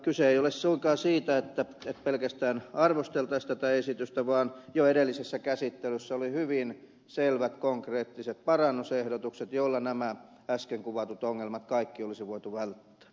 kyse ei ole suinkaan siitä että pelkästään arvosteltaisiin tätä esitystä vaan jo edellisessä käsittelyssä oli hyvin selvät konkreettiset parannusehdotukset joilla nämä kaikki äsken kuvatut ongelmat olisi voitu välttää